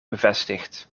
bevestigd